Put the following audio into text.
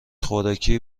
خوراکی